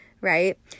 right